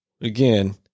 Again